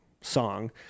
song